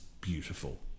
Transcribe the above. beautiful